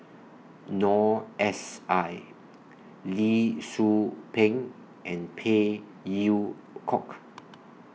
Noor S I Lee Tzu Pheng and Phey Yew Kok